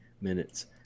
minutes